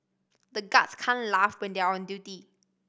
the guards can't laugh when they are on duty